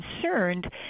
concerned